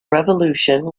revolution